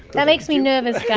that makes me nervous, gao